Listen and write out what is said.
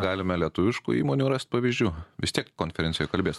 galime lietuviškų įmonių rast pavyzdžių vis tiek konferencijoj kalbės